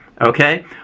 okay